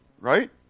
Right